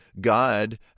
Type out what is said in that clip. God